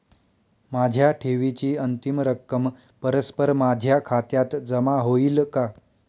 माझ्या ठेवीची अंतिम रक्कम परस्पर माझ्या खात्यात जमा होईल का?